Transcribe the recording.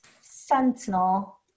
Sentinel